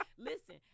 Listen